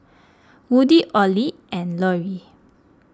Woody Ollie and Loree